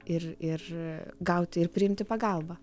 ir ir gauti ir priimti pagalbą